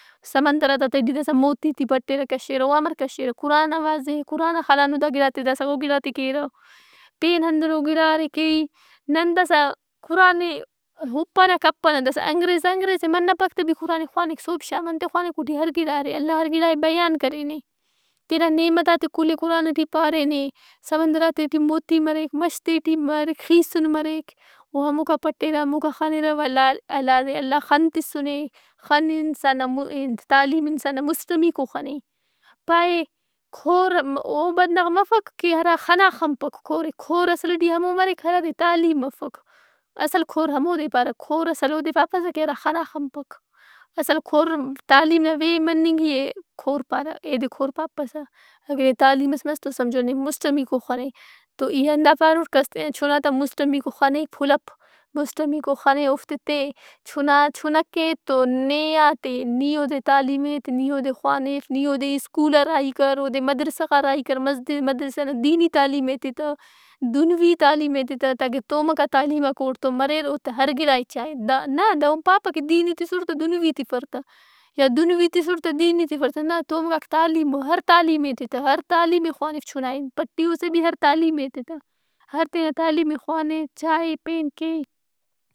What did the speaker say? سمندرات آ تہٹی داسا موتیِت ئے پٹِرہ کشرہ۔ او امر کشرہ تا۔ قران آن واضح اے۔ قران آن خنانو داگِڑات ئے۔ داسا او گڑات ئے کیرہ۔ پین ہندنو گڑا ارے کیئی۔ نن داسا قران ئے ہُپنہ کپنہ۔ داسا انگریز، انگریزاے۔ منپک تہ بھی قران ئے خوانک صحب شام۔ انئے خوانک؟ اوٹی ہر گڑا ارے۔ اللہ ہر گڑا ئے بیان کرینے۔ تینا نعمتات ئے کل ئے قران ئٹی پارینے۔ سمندرات ئے ٹی موتی مریک۔ مشت ئے ٹی ارے خیسں مریک۔ او ہموکا پٹِرہ، ہموکا خنرہ ولدا اللہ خن تِسنے، خن انسان نا مُہ- تعلیم انسان نا مسٹمیکو خن اے۔ پائہہ کور او بندغ مفک کہ ہرا بندغ خنا خنپ۔ کور اصل ئٹی ہمو مریک ہراد ئے تعلیم افک۔ اصل کور ہمود اے پارہ۔ کور اصل اودے پاپسہ کہ ہرا خن اٹ خنپک۔ اصل کور تعلیم نا بے مننگی اے کور پارہ۔ اگہ تعلیم ئس مس تو سمجھو نے مسٹمیکو خن اے۔ تو ای ہندا پاروٹ کہ کس تینا چنا تا مسٹمیکو خن ئے پُلَپ۔ مسٹمیکو خن ئے اوفتے تے۔ چنا چھنک اے تو نے آٹ اے۔ نی اودے تعلیم ایت، نی اودے خوانف، نی اودے سکول آ راہی کر۔ اودے مدرسہ غا راہی کر۔ مسجہِ- مدرسہ نا دینی تعلیم ایتہِ تہ، دُنوِی تعلیم ایتہِ تہ تاکہ تومکا تعلیماک اوڑتو مریر۔ اوتا ہر گِڑا ئے چائہہ۔ دا نہ دہن پاپہ کہ دینی تِسٹ تہ دُنوِی تِفر تہ۔ یا دُنوِی تسٹ تہ دینی تفر تہ۔ نہ تومنگاک تعلیم او۔ ہر تعلیم ئے ایتہِ تہ۔ ہر تعلیم ئے خوانک چُنا۔ پٹیوس اے بھی ہر تعلیم ایتہ تہ۔ ہر تینا تعلیم ئے خوانہِ، چائہہ، پین کے۔